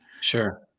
Sure